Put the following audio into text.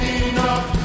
enough